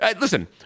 Listen